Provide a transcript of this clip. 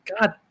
god